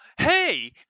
Hey